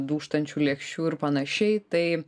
dūžtančių lėkščių ir panašiai tai